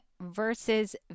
versus